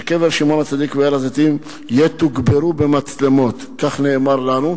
שקבר שמעון הצדיק והר-הזיתים יתוגברו במצלמות כך נאמר לנו.